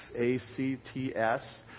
A-C-T-S